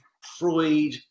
Freud